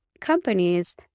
companies